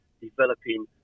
developing